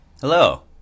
Hello